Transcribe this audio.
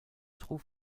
trouve